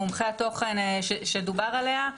מומחי התוכן שדובר עליה,